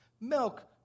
Milk